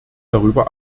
darüber